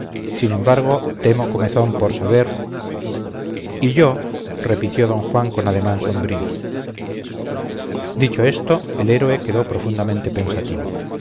sin embargo tengo comezón por saber y yo repitió d juan con ademán sombrío dicho esto el héroe quedó profundamente pensativo